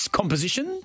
composition